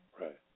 Right